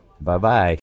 Bye-bye